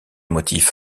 motifs